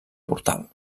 portal